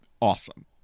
awesome